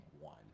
one